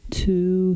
two